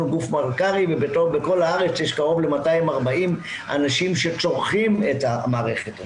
גוף מלכ"רי ובכל הארץ יש קרוב ל-240 אנשים שצורכים את המערכת הזו.